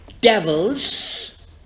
Devils